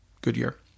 Goodyear